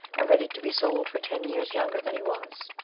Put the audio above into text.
and ready to be sold for ten years younger than he was.